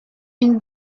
une